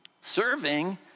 serving